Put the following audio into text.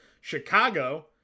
chicago